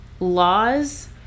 Laws